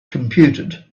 computed